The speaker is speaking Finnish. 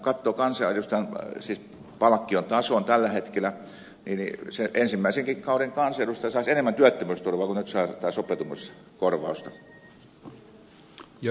kun katsoo kansanedustajan palkkion tasoa tällä hetkellä niin ensimmäisenkin kauden kansanedustaja saisi enemmän työttömyysturvaa kuin nyt saa tätä sopeutumiskorvausta